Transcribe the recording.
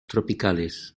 tropicales